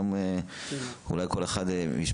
אני מעדיף שהוא.